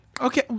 Okay